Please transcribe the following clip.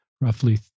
roughly